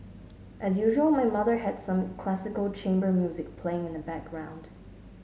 as usual my mother had some classical chamber music playing in the background